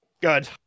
Good